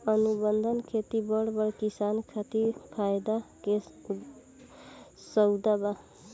अनुबंध खेती बड़ बड़ किसान खातिर फायदा के सउदा बा